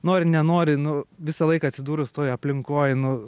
nori nenori nu visą laiką atsidūrus toj aplinkoj nu